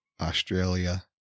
Australia